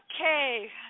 Okay